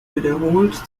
wiederholt